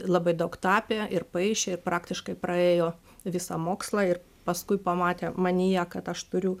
labai daug tapė ir paišė ir praktiškai praėjo visą mokslą ir paskui pamatė manyje kad aš turiu